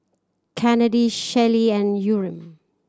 Kennedy Shelli and Yurem